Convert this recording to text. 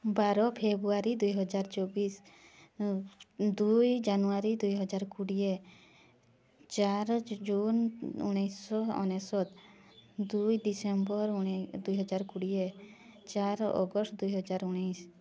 ବାର ଫେବୃଆରୀ ଦୁଇହଜାର ଚବିଶ ଦୁଇ ଜାନୁଆରୀ ଦୁଇହଜାର କୋଡ଼ିଏ ଚାର ଜୁନ ଉଣେଇଶିଶହ ଅନେଶତ ଦୁଇ ଡିସେମ୍ବର ଦୁଇହଜାର କୋଡ଼ିଏ ଚାର ଅଗଷ୍ଟ ଦୁଇହଜାର ଉଣେଇଶି